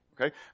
Okay